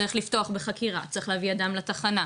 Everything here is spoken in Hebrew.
צריך לפתוח בחקירה, צריך להביא אדם לתחנה,